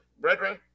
brethren